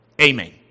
Amen